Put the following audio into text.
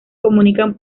comunican